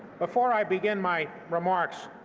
before i begin my remarks,